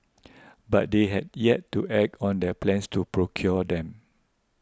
but they had yet to act on their plans to procure them